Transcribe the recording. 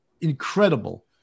incredible